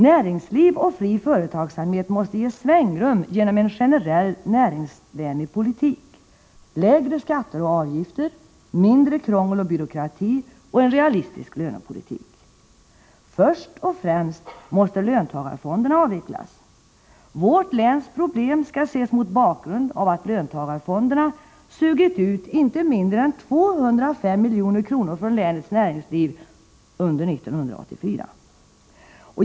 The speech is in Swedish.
Näringsliv och fri företagsamhet måste ges svängrum genom en generellt näringsvänlig politik: lägre skatter och avgifter, mindre krångel och byråkrati och en realistisk lönepolitik. Först och främst måste löntagarfonderna avvecklas. Vårt läns problem skall ses mot bakgrund av att löntagarfonderna sugit ut inte mindre än 205 milj.kr. från länets näringsliv under 1984.